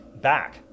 back